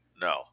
No